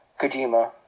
Kojima